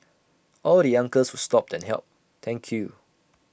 all the uncles who stopped and helped thank you